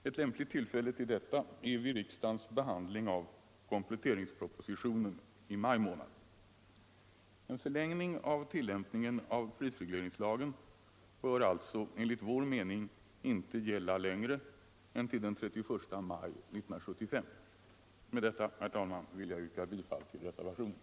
Ett lämpligt tillfälle till detta är vid riksdagens behandling av kompletteringspropositionen i maj månad. En förlängning av prisregleringslagen bör alltså enligt vår mening inte gälla längre än till den 31 maj 1975. Med detta, herr talman, vill jag yrka bifall till reservationen.